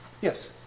Yes